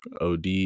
OD